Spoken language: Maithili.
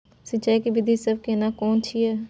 सिंचाई के विधी सब केना कोन छिये?